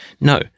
No